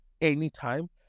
anytime